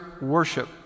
worship